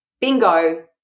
bingo